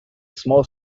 small